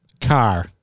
Car